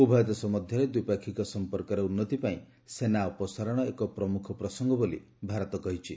ଉଭୟ ଦେଶ ମଧ୍ୟରେ ଦ୍ୱିପାକ୍ଷିକ ସମ୍ପର୍କରେ ଉନ୍ନତି ପାଇଁ ସେନା ଅପସାରଣ ଏକ ପ୍ରମୁଖ ପ୍ରସଙ୍ଗ ବୋଲି ଭାରତ କହିଛି